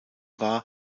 war